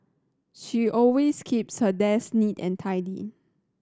she always keeps her desk neat and tidy